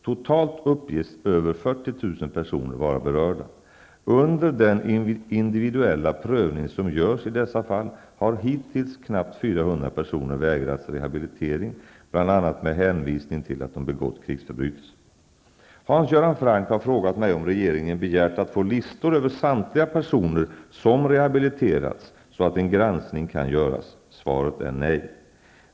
Totalt uppges över 40 000 personer vara berörda. Vid den individuella prövning som görs i dessa fall har hittills knappt 400 personer vägrats rehabilitering, bl.a. med hänvisning till att de begått krigsförbrytelser. Hans Göran Franck har frågat mig om regeringen begärt att få listor över samtliga personer som rehabiliterats, så att en granskning kan göras. Svaret är nej.